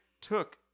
took